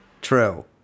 True